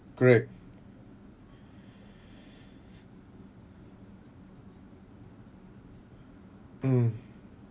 correct mm